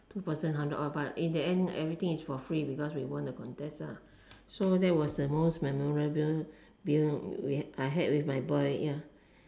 two person hundred odd but in the end everything is for free because we won the contest so that was the most memorable meal we I had with my boy ya